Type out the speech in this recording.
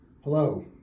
Hello